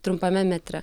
trumpame metre